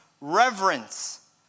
reverence